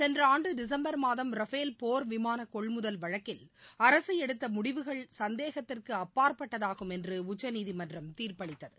சென்ற ஆண்டு டிசம்பர் மாதம் ரஃபேல் போர் விமான கொள்முதல் வழக்கில் அரசு எடுத்த முடிவுகள் சந்தேகத்திற்கு அப்பாற்பட்டதாகும் என்று உச்சநீதிமன்றம் தீர்ப்பளித்தது